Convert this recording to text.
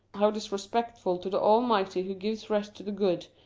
how disrespectful to the almighty who gives rest to the good,